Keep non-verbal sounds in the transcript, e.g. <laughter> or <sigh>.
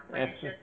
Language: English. <noise>